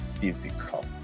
physical